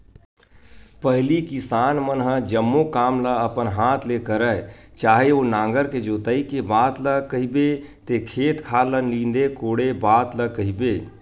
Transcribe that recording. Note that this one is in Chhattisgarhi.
पहिली किसान मन ह जम्मो काम ल अपन हात ले करय चाहे ओ नांगर के जोतई के बात ल कहिबे ते खेत खार ल नींदे कोड़े बात ल कहिबे